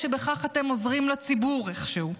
שבכך אתם עוזרים לציבור איכשהו.